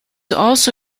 also